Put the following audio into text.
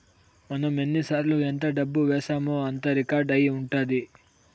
మనం ఎన్నిసార్లు ఎంత డబ్బు వేశామో అంతా రికార్డ్ అయి ఉంటది